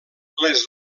les